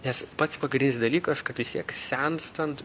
nes pats pagrindinis dalykas kad vis tiek senstant